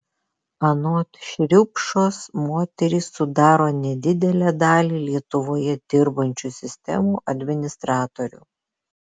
anot šriupšos moterys sudaro nedidelę dalį lietuvoje dirbančių sistemų administratorių